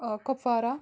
Kupwara